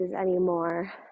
anymore